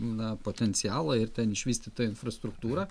na potencialą ir ten išvystytą infrastruktūrą